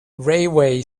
railway